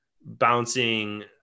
bouncing